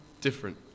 different